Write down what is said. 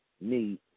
need